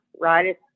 right